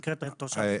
שנחקקו בשנה שעברה,